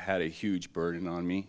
had a huge burden on me